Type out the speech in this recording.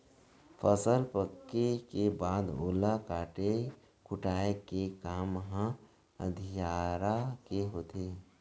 फसल पके के बाद ओला काटे कुटाय के काम ह अधियारा के होथे